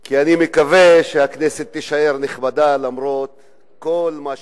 כי אני מקווה שהכנסת תישאר נכבדה למרות כל מה שישנו.